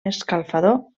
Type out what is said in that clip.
escalfador